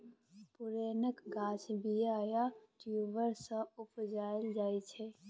पुरैणक गाछ बीया या ट्युबर सँ उपजाएल जाइ छै